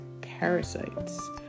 parasites